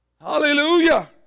Hallelujah